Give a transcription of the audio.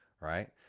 right